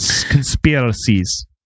conspiracies